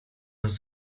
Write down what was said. nas